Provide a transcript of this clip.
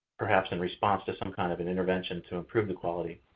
perhaps in response to some kind of an intervention to improve the quality.